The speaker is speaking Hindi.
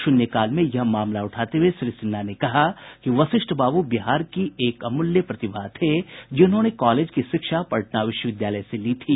शून्यकाल में यह मामला उठाते हुए श्री सिन्हा ने कहा कि वशिष्ठ बाबू बिहार की एक अमूल्य प्रतिभा थे जिन्होंने कॉलेज की शिक्षा पटना विश्वविद्यालय से ली थी